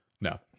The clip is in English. No